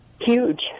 huge